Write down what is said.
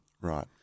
Right